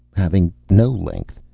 having no length,